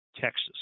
Texas